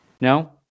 No